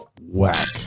whack